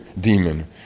demon